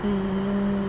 mm